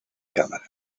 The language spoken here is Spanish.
cámara